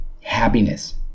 happiness